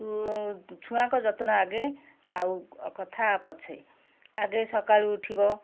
ତୁ ଛୁଆଙ୍କ ଯତ୍ନ ଆଗେ ଆଉ କଥା ପଛେ ଆଗେ ସକାଳୁ ଉଠିବ